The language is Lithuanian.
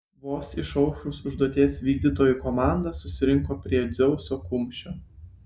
vos išaušus užduoties vykdytojų komanda susirinko prie dzeuso kumščio